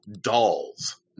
Dolls